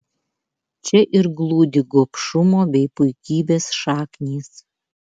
čia ir glūdi gobšumo bei puikybės šaknys